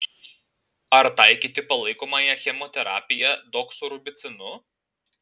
ar taikyti palaikomąją chemoterapiją doksorubicinu